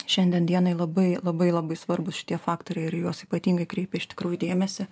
šiandien dienai labai labai labai svarbūs šitie faktoriai ir juos ypatingai kreipia iš tikrųjų dėmesį